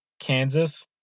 Kansas